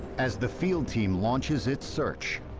as the field team launches its search.